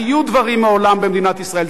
היו דברים מעולם במדינת ישראל.